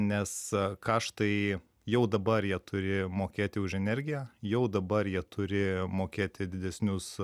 nes kaštai jau dabar jie turi mokėti už energiją jau dabar jie turi mokėti didesnius